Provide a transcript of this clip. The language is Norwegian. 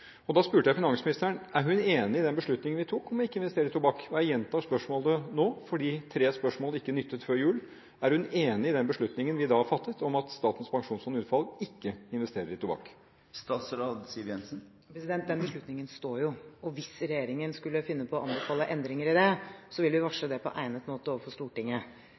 Da spurte jeg finansministeren: Er hun enig i den beslutningen vi tok, om ikke å investere i tobakk? Og jeg gjentar spørsmålet nå fordi tre spørsmål ikke nyttet før jul: Er hun enig i den beslutningen vi da fattet, om at Statens pensjonsfond utland ikke investerer i tobakk? Den beslutningen står jo, og hvis regjeringen skulle finne på å anbefale endringer i det, vil vi varsle det på egnet måte overfor Stortinget.